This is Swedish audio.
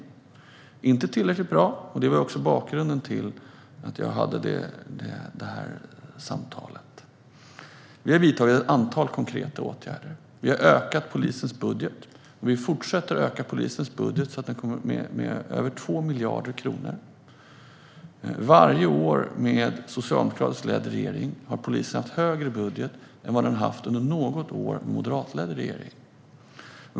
De är inte tillräckligt bra, och det var också bakgrunden till att jag hade detta samtal. Vi har vidtagit ett antal konkreta åtgärder. Vi har ökat polisens budget och fortsätter att öka den till över 2 miljarder kronor. Varje år med socialdemokratiskt ledd regering har polisen fått större budget än vad den har haft under något år med moderatledd regering.